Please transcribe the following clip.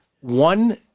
one